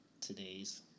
today's